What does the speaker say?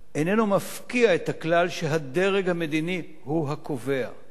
מפקיע את הכלל שהדרג המדיני הוא הקובע.